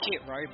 robot